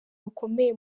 rukomeye